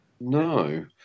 no